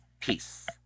peace